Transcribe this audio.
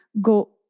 go